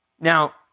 Now